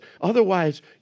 Otherwise